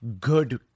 good